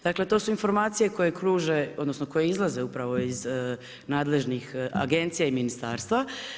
Dakle, to su informacije koje kruže, odnosno, koje izlaze upravo iz nadležnih agencija i ministarstva.